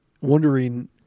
Wondering